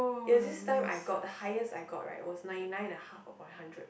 ya this time I got the highest I got right was ninety nine and half upon hundred